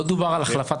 לא דובר על החלפת